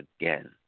again